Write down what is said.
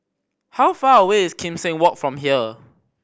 how far away is Kim Seng Walk from here